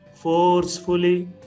forcefully